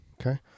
Okay